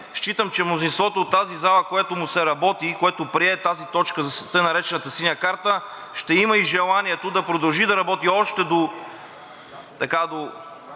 Считам, че мнозинството от тази зала, което му се работи и което прие тази точка за така наречената Синя карта, ще има и желанието да продължи да работи още до